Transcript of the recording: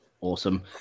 Awesome